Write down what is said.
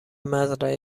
مزرعه